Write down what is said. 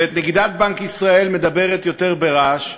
ואת נגידת בנק ישראל מדברת יותר ברעש,